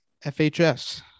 FHS